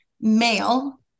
male